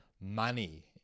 money